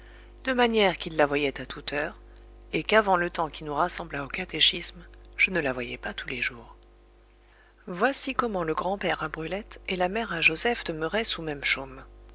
de manière qu'il la voyait à toute heure et qu'avant le temps qui nous rassembla au catéchisme je ne la voyais pas tous les jours voici comment le grand-père à brulette et la mère à joseph demeuraient sous même chaume